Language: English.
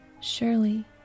Surely